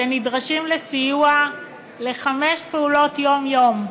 שנדרשים לסיוע בחמש פעולות יום-יום.